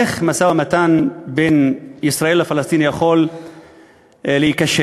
איך משא-ומתן בין ישראל לפלסטין יכול להיכשל?